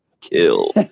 Kill